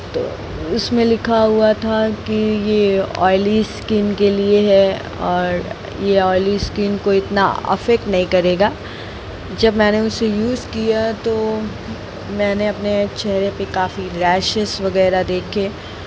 तो उसमें लिखा हुआ था कि ये ऑयली स्किन के लिए है और ये ऑयली स्किन को इतना अफ़्फ़ैक्ट नहीं करेगा जब मैंने उसे यूज़ किया तो मैंने अपने चेहरे पे काफ़ी रैशिस वगैरह देखे